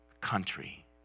country